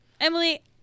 Emily